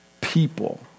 People